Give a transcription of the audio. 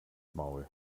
maul